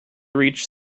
reached